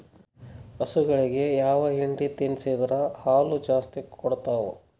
ಹಸುಗಳಿಗೆ ಯಾವ ಹಿಂಡಿ ತಿನ್ಸಿದರ ಹಾಲು ಜಾಸ್ತಿ ಕೊಡತಾವಾ?